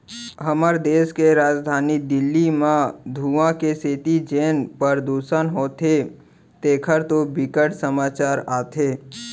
हमर देस के राजधानी दिल्ली म धुंआ के सेती जेन परदूसन होथे तेखर तो बिकट समाचार आथे